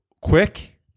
quick